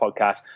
podcast